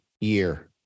year